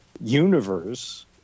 universe